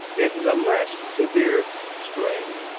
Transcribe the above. in the less severe strains,